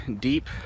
deep